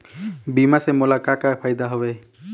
बीमा से मोला का का फायदा हवए?